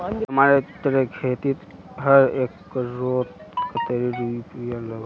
टमाटरेर खेतीत हर एकड़ोत कतेरी यूरिया लागोहो होबे?